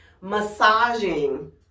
Massaging